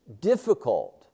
difficult